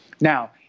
Now